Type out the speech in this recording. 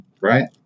Right